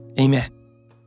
Amen